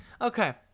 Okay